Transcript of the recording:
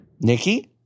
Nikki